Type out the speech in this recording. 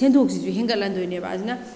ꯁꯦꯟꯊꯣꯛꯁꯤꯁꯨ ꯍꯦꯟꯒꯠ ꯍꯟꯗꯣꯏꯅꯦꯕ ꯑꯗꯨꯅ